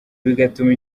bigatuma